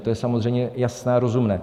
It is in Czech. To je samozřejmě jasné a rozumné.